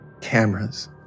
cameras